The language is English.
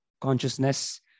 consciousness